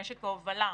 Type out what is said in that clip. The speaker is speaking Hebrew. במשק ההובלה.